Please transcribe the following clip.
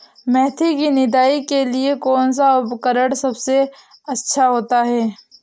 मेथी की निदाई के लिए कौन सा उपकरण सबसे अच्छा होता है?